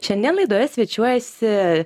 šiandien laidoje svečiuojasi